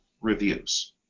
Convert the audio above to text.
reviews